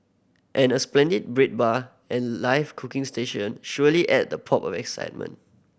and a splendid bread bar and live cooking stations surely add that pop of excitement